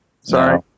Sorry